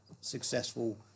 successful